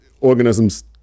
organisms